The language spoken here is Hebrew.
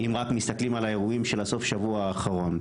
אם רק מסתכלים על האירועים של סוף השבוע האחרון.